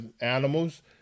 animals